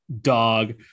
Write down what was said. dog